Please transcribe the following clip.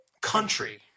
country